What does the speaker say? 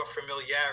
familiarity